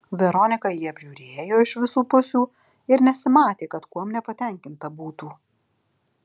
veronika jį apžiūrėjo iš visų pusių ir nesimatė kad kuom nepatenkinta būtų